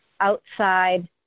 outside